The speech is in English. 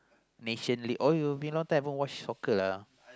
Nation League oh you be long time never watch soccer ah